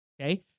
Okay